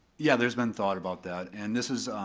yeah there's been thought about that. and this is,